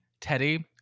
Teddy